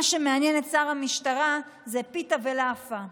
מה שמעניין את שר המשטרה זה פיתה ולאפה.